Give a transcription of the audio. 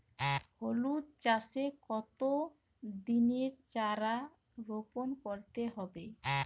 হলুদ চাষে কত দিনের চারা রোপন করতে হবে?